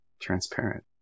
transparent